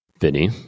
Vinny